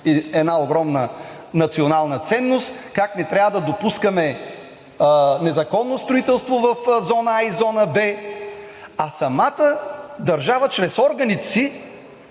една огромна национална ценност, как не трябва да допускаме незаконно строителство в зона „А“ и зона „Б“, а самата държава чрез органите